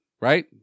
right